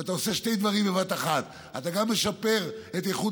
ואתה עושה שני דברים בבת אחת: אתה גם משפר את איכות